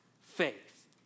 faith